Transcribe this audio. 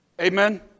Amen